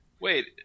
wait